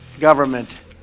government